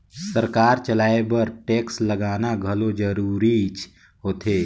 सरकार चलाए बर टेक्स लगाना घलो जरूरीच होथे